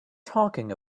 talking